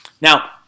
Now